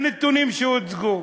מהנתונים שהוצגו.